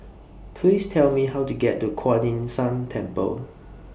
Please Tell Me How to get to Kuan Yin San Temple